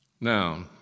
Now